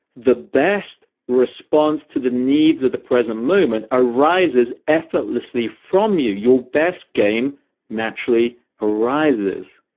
the best response to the needs of the present moment arises effortlessly from you. your best game naturally arises.